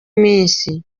minsi